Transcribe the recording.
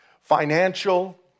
Financial